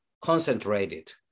concentrated